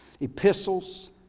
epistles